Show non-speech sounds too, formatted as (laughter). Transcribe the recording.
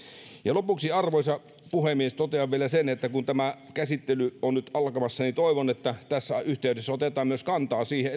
lopuksi arvoisa puhemies totean vielä sen että kun tämä käsittely on nyt alkamassa niin toivon että tässä yhteydessä otetaan kantaa myös siihen (unintelligible)